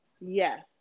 yes